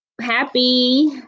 happy